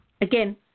Again